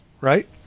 right